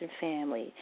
family